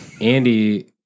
Andy